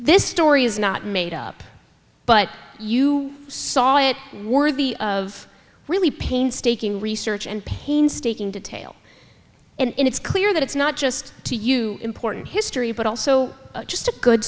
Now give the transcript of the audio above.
this story is not made up but you saw it worthy of really painstaking research and painstaking detail and it's clear that it's not just to you important history but also just a good